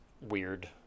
weird